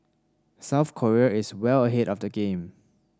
South Korea is well ahead of the game